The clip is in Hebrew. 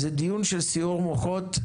זה דיון של סיעור מוחות,